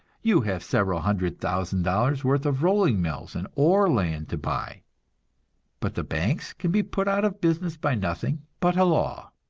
you have several hundred thousand dollars worth of rolling mills and ore land to buy but the banks can be put out of business by nothing but a law.